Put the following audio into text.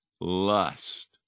lust